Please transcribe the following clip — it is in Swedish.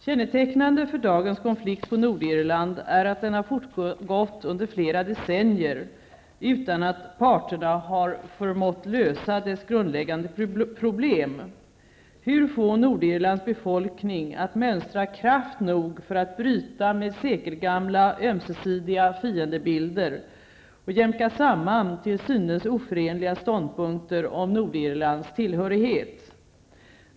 Kännetecknande för dagens konflikt på Nordirland är att den har fortgått under flera decennier utan att parterna har förmått lösa dess grundläggande problem: hur få Nordirlands befolkning att mönstra kraft nog för att bryta med sekelgamla ömsesidiga fiendebilder, och jämka samman till synes oförenliga ståndpunkter om Nordirlands tillhörighet.